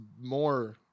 more